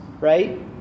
right